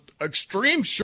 extreme